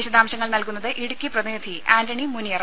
വിശദാംശങ്ങൾ നൽകുന്നത് ഇടുക്കി പ്രതിനിധി ആന്റണി മുനിയറ